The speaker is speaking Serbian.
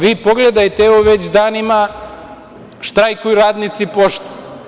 Vi, pogledajte, evo, već danima štrajkuju radnici „Pošte“